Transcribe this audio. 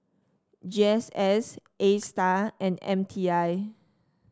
G S S Astar and M T I